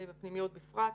ובפנימיות בפרט.